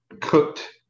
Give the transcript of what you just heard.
cooked